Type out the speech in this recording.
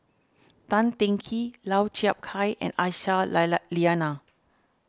Tan Teng Kee Lau Chiap Khai and Aisyah Lyana